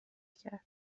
کرد